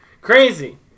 crazy